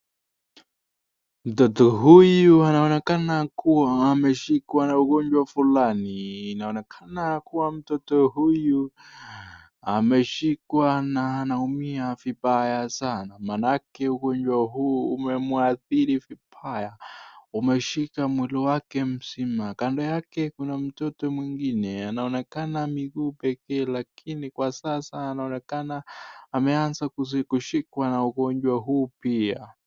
Mtoto huyu anaonekana kuwa ameshikwa na ugonjwa fulani. Inaonekana kuwa mtoto huyu ameshikwa na anaumia vibaya sana maanake ugonjwa huu umemwadhiri vibaya umeshika mwili wake mzima. Kando yake kuna mtoto mwingine anaonekana miguu pekee lakini kwa sasa anaonekana ameanza kushikwa na ugonjwa huu pia.